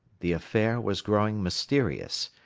the affair was growing mysterious.